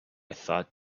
thought